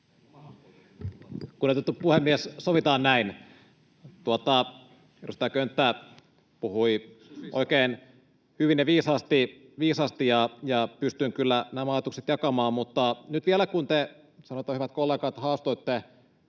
Kunnioitettu puhemies, sovitaan näin! Edustaja Könttä puhui oikein hyvin ja viisaasti, ja pystyn kyllä nämä ajatukset jakamaan, mutta nyt vielä, kun te, hyvät kollegat, sanotaan,